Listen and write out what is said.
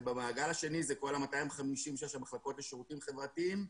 במעגל השני זה כל ה-250 מחלקות לשירותים חברתיים,